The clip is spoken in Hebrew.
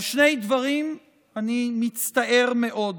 על שני דברים אני מצטער מאוד: